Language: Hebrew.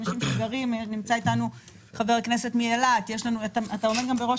נמצא כאן חבר כנסת מאילת שעומד גם בראש